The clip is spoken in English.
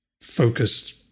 focused